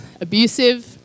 abusive